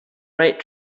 right